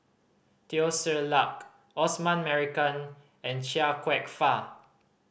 Teo Ser Luck Osman Merican and Chia Kwek Fah